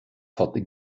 hat